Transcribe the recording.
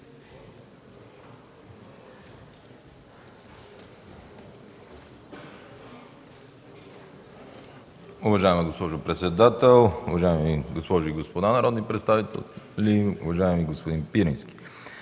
Уважаема госпожо председател, уважаеми госпожи и господа народни представители, уважаеми господин Пирински!